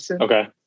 okay